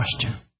question